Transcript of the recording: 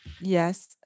Yes